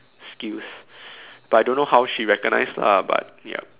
skills but I don't know how she recognize lah but yup